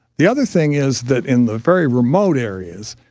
the other thing is that in the very remote areas,